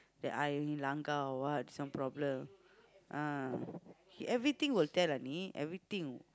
that I langgar or what some problem ah he everything will tell Ani everything